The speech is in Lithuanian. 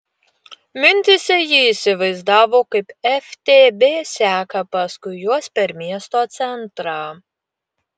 mintyse ji įsivaizdavo kaip ftb seka paskui juos per miesto centrą